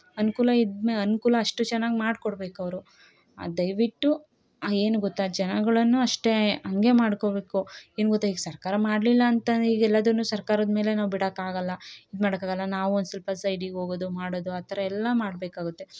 ಅನುಕೂಲ ಇದು ಮೆ ಅನುಕೂಲ ಅಷ್ಟು ಚೆನ್ನಾಗ್ ಮಾಡಿ ಕೊಡ್ಬೇಕು ಅವರು ದಯವಿಟ್ಟು ಏನು ಗೊತ್ತ ಜನಗಳನ್ನು ಅಷ್ಟೇ ಹಂಗೆ ಮಾಡ್ಕೋಬೇಕು ಏನು ಗೊತ್ತ ಈಗ ಸರ್ಕಾರ ಮಾಡ್ಲಿಲ್ಲ ಅಂತ ಈಗೆಲ್ಲದನ್ನು ಸರ್ಕಾರದ ಮೇಲೆ ನಾವು ಬಿಡೋಕಾಗಲ್ಲ ಇದು ಮಾಡೋಕಾಗಲ್ಲ ನಾವು ಒನ್ ಸ್ವಲ್ಪ ಸೈಡಿಗೆ ಹೋಗೋದು ಮಾಡೋದು ಆ ಥರ ಎಲ್ಲ ಮಾಡ್ಬೇಕಾಗುತ್ತೆ